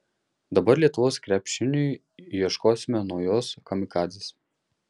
dabar lietuvos krepšiniui ieškosime naujos kamikadzės